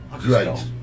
great